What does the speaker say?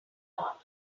lot